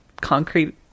concrete